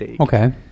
Okay